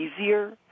easier